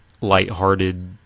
lighthearted